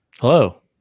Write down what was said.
hello